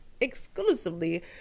exclusively